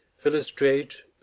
philostrate,